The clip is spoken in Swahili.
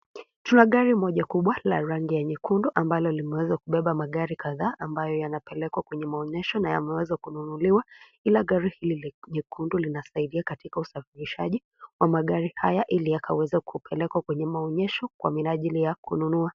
Tuna gari moja kubwa la rangi ya nyekundu ambalo limeweza kubeba magari kadhaa ambayo yanapelekwa kwenye maonyesho na yameweza kununuliwa ila gari hilo nyekundu linasaidia katika usafirishaji wa magari haya ili akaweza kukupelekwa kwenye maonyesho kwa minajili ya kununua.